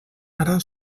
ara